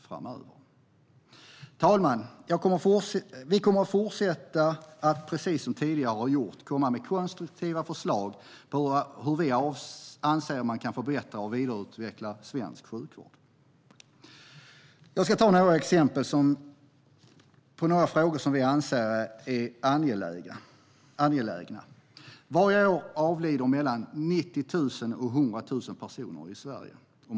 Sverigedemokraterna kommer att fortsätta att komma med konstruktiva förslag för hur vi anser att man kan förbättra och vidareutveckla svensk sjukvård. Jag ska ge några exempel på frågor som vi anser angelägna. Varje år avlider mellan 90 000 och 100 000 personer i Sverige.